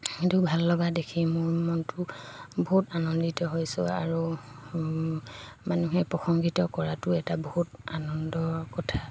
সেইটো ভাল লগা দেখি মোৰ মনটো বহুত আনন্দিত হৈছোঁ আৰু মানুহে প্ৰশংসিত কৰাটো এটা বহুত আনন্দৰ কথা